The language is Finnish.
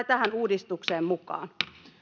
tähän uudistukseen mukaan